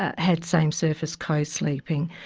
ah had same surface co-sleeping.